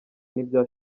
n’ibya